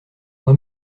moi